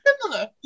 similar